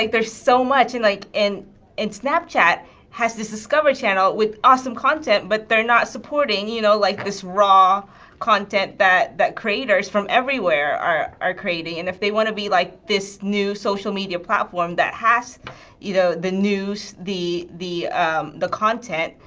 like they're so much and like and and snapchat has this discovery channel with awesome content but they're not supporting you know like this raw content that that creators from everywhere are are creating. and if they want to be like this new social media platform that has you know the news, the the content,